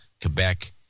Quebec